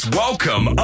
welcome